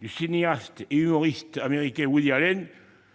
du cinéaste et humoriste américain, Woody Allen,